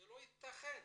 לא ייתכן